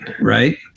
Right